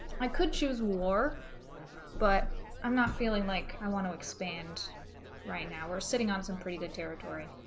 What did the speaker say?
i could choose war but i'm not feeling like i want to expand right now we're sitting on some pretty good territory